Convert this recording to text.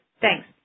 Thanks